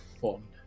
fun